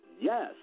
Yes